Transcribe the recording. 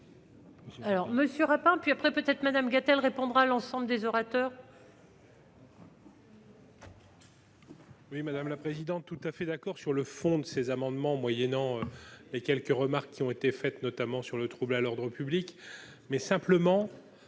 Alors Monsieur Europe puis après peut-être Madame Gatel répondre à l'ensemble des orateurs. Oui, madame la présidente, tout à fait d'accord sur le fond de ces amendements, moyennant quelques remarques qui ont été faites, notamment sur le trouble à l'ordre public, mais simplement